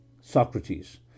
Socrates